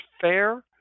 fair